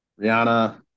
Rihanna